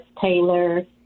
Taylor